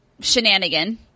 shenanigan